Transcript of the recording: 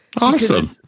awesome